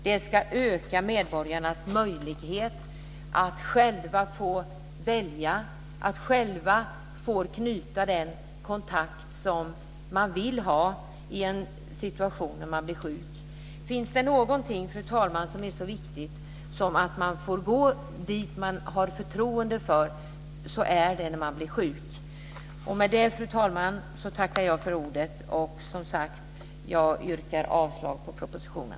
Den ska öka medborgarnas möjlighet att själva välja och att själva knyta den kontakt som de vill ha i en situation då de blir sjuka. Finns det någonting, fru talman, som är så viktigt som att få gå till den som man har förtroende för när man blir sjuk? Med det, fru talman, tackar jag för ordet. Jag yrkar som sagt avslag på propositionen.